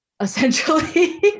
essentially